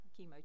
chemo